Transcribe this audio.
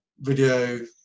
video